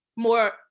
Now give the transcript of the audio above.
more